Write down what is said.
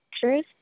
pictures